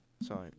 Sorry